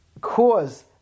cause